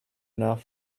enough